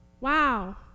Wow